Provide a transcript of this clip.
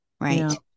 Right